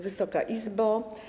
Wysoka Izbo!